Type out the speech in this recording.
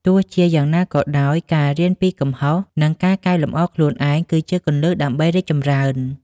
ទោះជាយ៉ាងណាក៏ដោយ ការរៀនពីកំហុស និងការកែលម្អខ្លួនឯងគឺជាគន្លឹះដើម្បីរីកចម្រើន។